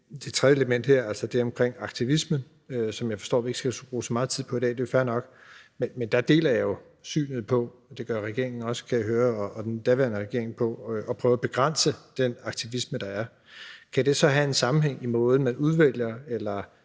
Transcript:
det tredje element her, altså det om aktivisme, som jeg forstår vi ikke skal bruge så meget tid på i dag, og det er fair nok. Men der deler jeg jo synet på det – og det gør regeringen også, kan I høre, og den daværende regering – at prøve at begrænse den aktivisme, der er. Kan det så have en sammenhæng i måden, man udvælger